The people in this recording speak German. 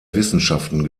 wissenschaften